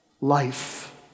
life